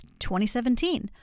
2017